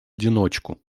одиночку